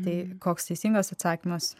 tai koks teisingas atsakymas